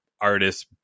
artists